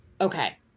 okay